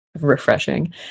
refreshing